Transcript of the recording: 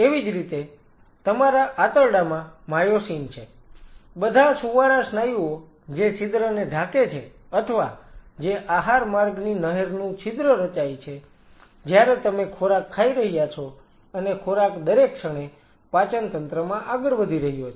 એવી જ રીતે તમારા આંતરડામાં માયોસિન છે બધા સુંવાળા સ્નાયુઓ જે છિદ્રને ઢાંકે છે અથવા જે આહાર માર્ગની નહેરનું છિદ્ર રચાય છે જ્યાંરે તમે ખોરાક ખાઈ રહ્યા છો અને ખોરાક દરેક ક્ષણે પાચન તંત્રમાં આગળ વધી રહ્યો છે